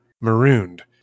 Marooned